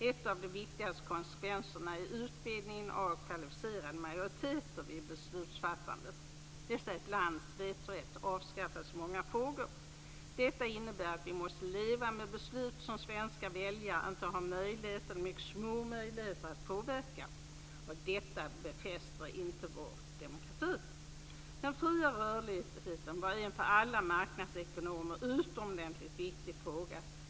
En av de viktigaste konsekvenserna är ökningen av antalet kvalificerade majoriteter vid beslutsfattandet, dvs. ett lands vetorätt avskaffas i många frågor. Detta innebär att vi måste leva med beslut som svenska väljare inte har någon möjlighet eller mycket små möjligheter att påverka. Detta befäster inte vår demokrati. Den fria rörligheten var en för alla marknadsekonomer utomordentligt viktig fråga.